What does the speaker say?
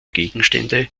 gegenstände